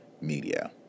media